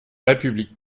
république